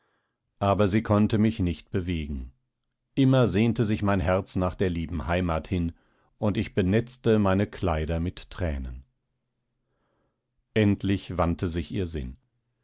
aber sie konnte mich nicht bewegen immer sehnte sich mein herz nach der lieben heimat hin und ich benetzte meine kleider mit thränen endlich wandte sich ihr sinn